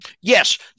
Yes